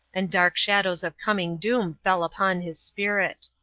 and dark shadows of coming doom fell upon his spirit.